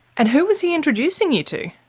and who was he introducing you to?